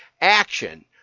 action